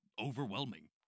overwhelming